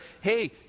hey